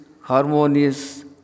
harmonious